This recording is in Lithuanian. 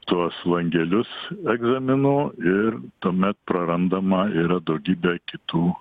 tuos langelius egzaminų ir tuomet prarandama yra daugybė kitų